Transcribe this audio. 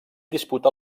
disputà